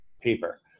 paper